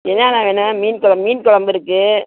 என்னென்னா வேணும் மீன் கொழம்பு மீன் கொழம்பு இருக்குது